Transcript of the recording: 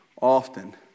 often